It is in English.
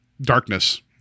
darkness